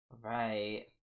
Right